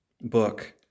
book